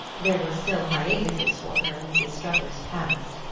there were still hiatuses for her in mrs. struthers's past.